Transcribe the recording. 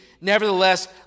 Nevertheless